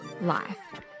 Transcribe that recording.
life